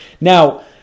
Now